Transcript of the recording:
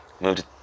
Moved